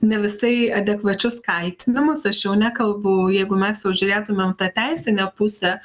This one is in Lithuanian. ne visai adekvačius kaltinimus aš jau nekalbu jeigu mes jau žiūrėtumėm tą teisinę pusę